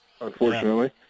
unfortunately